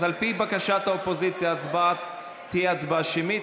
אז על פי בקשת האופוזיציה, תהיה הצבעה שמית.